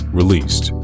released